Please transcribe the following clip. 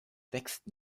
wächst